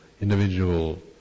individual